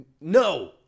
No